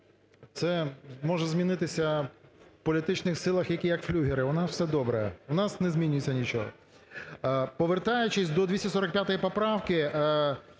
Це може змінитися в політичних силах, які, як флюгери. У нас все добре, у нас не змінюється нічого. Повертаючись до 245 поправки,